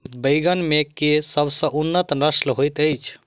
बैंगन मे केँ सबसँ उन्नत नस्ल होइत अछि?